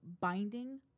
binding